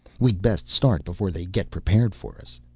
we'd best start before they get prepared for us.